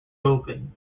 open